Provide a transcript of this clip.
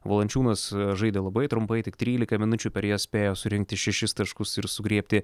valančiūnas žaidė labai trumpai tik trylika minučių per jas spėjo surinkti šešis taškus ir sugriebti